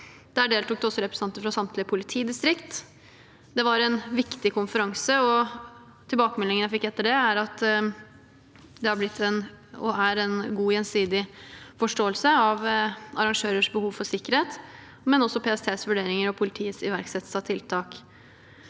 Der deltok også representanter fra samtlige politidistrikt. Det var en viktig konferanse, og tilbakemeldingene jeg fikk etterpå, er at det har blitt og er en god gjensidig forståelse av arrangørers behov for sikkerhet, men også for PSTs vurderinger og politiets iverksettelse av tiltak.